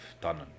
done